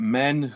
men